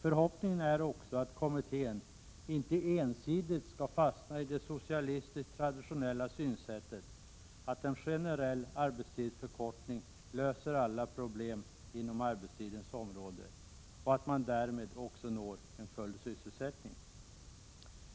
Förhoppningen är också att kommittén inte ensidigt skall fastna i det traditionella socialistiska synsättet att en generell arbetstidsförkortning löser alla problem inom arbetstidens område och att man därmed också uppnår full sysselsättning.